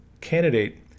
candidate